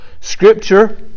Scripture